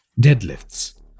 deadlifts